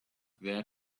there